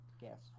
guess